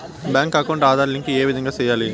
Bank account Aadhaar link ఏ విధంగా సెయ్యాలి?